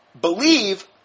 Believe